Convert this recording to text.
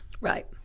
Right